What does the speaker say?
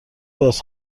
باز